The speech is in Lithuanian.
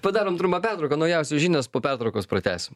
padarom trumpą pertrauką naujausios žinios po pertraukos pratęsim